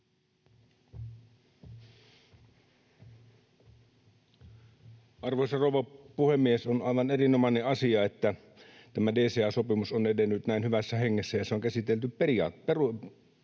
Arvoisa rouva puhemies! On aivan erinomainen asia, että tämä DCA-sopimus on edennyt näin hyvässä hengessä ja se on käsitelty perusteellisesti,